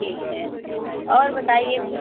ठीक है और बताइए कुछ